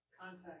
Contact